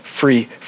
free